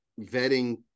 vetting